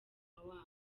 wabo